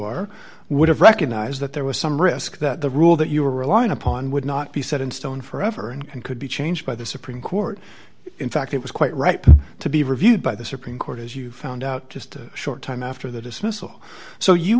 are would have recognized that there was some risk that the rule that you were relying upon would not be set in stone forever and could be changed by the supreme court in fact it was quite ripe to be reviewed by the supreme court as you found out just a short time after the dismissal so you